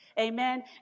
Amen